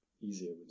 easier